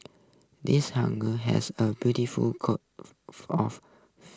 this huger has a beautiful coat